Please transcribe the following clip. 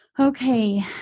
Okay